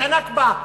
את הנכבה,